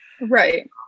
right